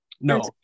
No